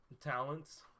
talents